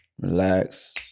relax